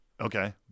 Okay